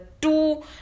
two